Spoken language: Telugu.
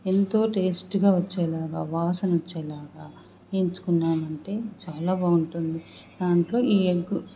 ఎంతో టేస్ట్గా వచ్చేలాగా వాసనొచ్చేలాగా ఏంచుకున్నామంటే చాలా బాగుంటుంది దాంట్లో ఈ ఎగ్గు